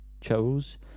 chose